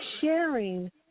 sharing